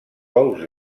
ous